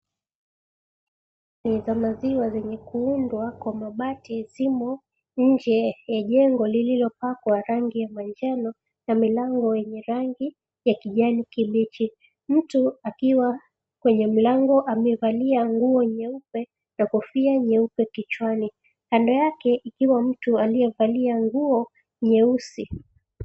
Za maziwa zenye kuundwa kwa mabati zimo nje ya jengo lililopakwa rangi ya manjano na milango yenye rangi ya kijani kibichi. Mtu akiwa kwenye mlango amevalia nguo nyeupe na kofia nyeupe kichwani, kando yake ikiwa mtu aliyevalia nguo nyeusi.